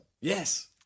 Yes